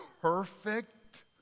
perfect